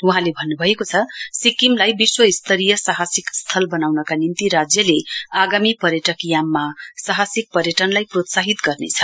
वहाँले भन्नुभएको छ सिक्किमलाई विश्वस्तरीय साहसिक स्थल बनाउनका निम्ति राज्यले आगामी पर्यटक याममा साहसिक पर्यटनलाई प्रोत्साहित गर्नेछ